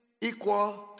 equal